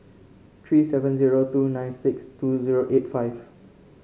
three seven zero two nine six two zero eight five